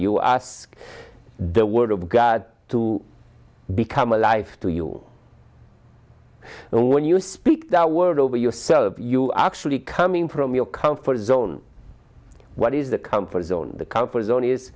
ask the word of god to become alive to you and when you speak that word over yourself you are actually coming from your comfort zone what is a comfort zone the comfort zone is